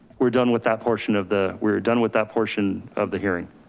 we're done with that portion of the we're done with that portion of the hearing.